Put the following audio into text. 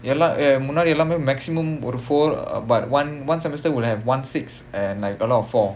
ya lah முன்னாடி எல்லாமே:munnaadi ellaamae maximum ஒரு:oru four but one one semester would have one six and like a lot of four